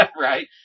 right